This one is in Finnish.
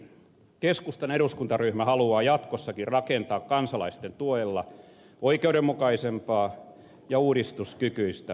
keskustan eduskuntaryhmä haluaa jatkossakin rakentaa kansalaisten tuella oikeudenmukaisempaa ja uudistuskykyistä suomea